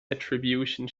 attribution